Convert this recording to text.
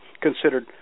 considered